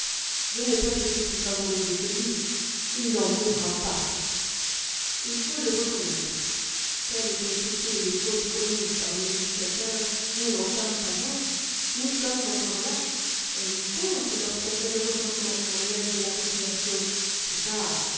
je n'ai pas été plus favorisé que lui il n'en mourra pas il faut le reconnaître quelles qu'aient été les fautes commises par nos éducateurs nous n'en sommes pas morts nous sommes encore là on nous compte lorsqu'on fait le recensement annuel de la population et ça